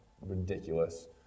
ridiculous